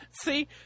See